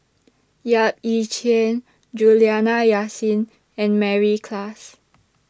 Yap Ee Chian Juliana Yasin and Mary Klass